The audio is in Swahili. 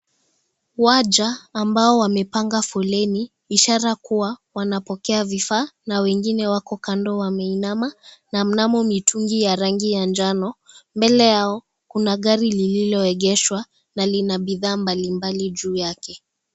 Waja ambao wamepanga foleni, ishara kuwa wanapokea vifaa na wengine wako kando wameinama na mnamo mitungi ya rangi ya njano. Mbele yao, kuna gari lililoegeshwa na lina bidhaa mbalimbali juu yake.